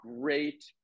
great